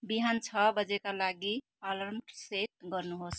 बिहान छ बजेका लागि अलार्म सेट गर्नुहोस्